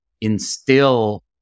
instill